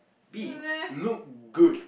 B look look good